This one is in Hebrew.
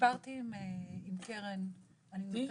דיברתי עם קרן -- מי?